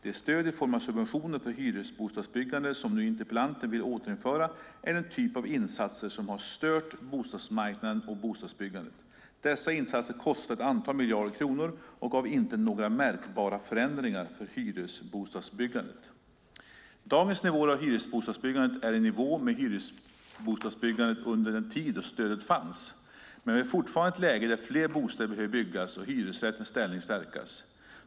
Det stöd i form av subventioner för hyresbostadsbyggande som nu interpellanten vill återinföra är den typ av insatser som har stört bostadsmarknaden och bostadsbyggandet. Dessa insatser kostade ett antal miljarder kronor och gav inte några märkbara förändringar för hyresbostadsbyggandet. Dagens nivåer på hyresbostadsbyggandet är i nivå med hyresbostadsbyggandet under den tid då stödet fanns. Men vi är fortfarande i ett läge där fler bostäder behöver byggas och hyresrättens ställning stärkas.